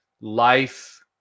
life